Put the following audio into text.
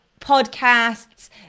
podcasts